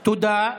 תודה.